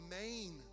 main